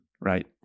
right